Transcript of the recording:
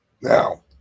Now